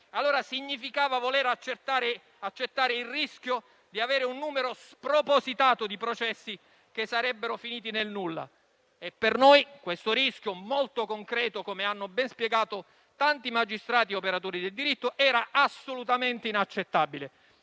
significava accettare il rischio di avere un numero spropositato di processi che sarebbero finiti nel nulla e per noi questo rischio molto concreto, come hanno ben spiegato tanti magistrati operatori del diritto, era assolutamente inaccettabile.